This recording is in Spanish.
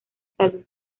salud